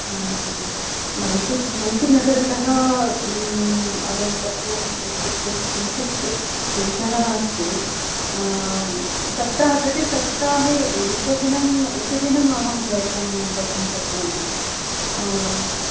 हा हा हा मैसु मैसुर्नगरतः आगन्तव्यम् इत्युक्ते किञ्चित् क्लेशः अस्ति सप्ताह प्रति सप्ताहे एकदिनम् एकदिनम् अहं प्रयत्नं कर्तुं शक्नोमि